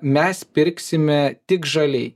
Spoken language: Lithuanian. mes pirksime tik žaliai